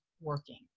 working